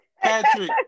Patrick